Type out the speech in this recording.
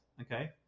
okay